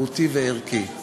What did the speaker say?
מהותי וערכי?